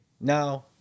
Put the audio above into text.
now